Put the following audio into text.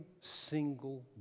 single